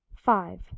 five